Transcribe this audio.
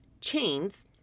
chains